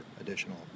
additional